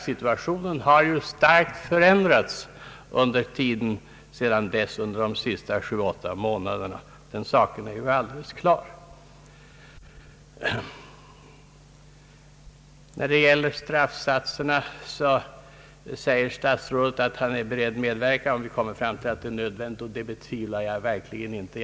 Situationen har starkt förändrats under de senaste 7 å 8 månaderna, den saken är ju alldeles klar. Statsrådet Aspling säger att han är beredd att medverka till en omprövning av straffsatserna, om vi kommer fram till att det är nödvändigt. Det betvivlar jag verkligen inte.